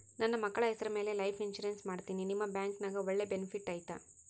ನನ್ನ ಮಕ್ಕಳ ಹೆಸರ ಮ್ಯಾಲೆ ಲೈಫ್ ಇನ್ಸೂರೆನ್ಸ್ ಮಾಡತೇನಿ ನಿಮ್ಮ ಬ್ಯಾಂಕಿನ್ಯಾಗ ಒಳ್ಳೆ ಬೆನಿಫಿಟ್ ಐತಾ?